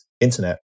internet